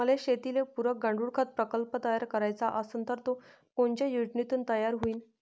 मले शेतीले पुरक गांडूळखत प्रकल्प तयार करायचा असन तर तो कोनच्या योजनेतून तयार होईन?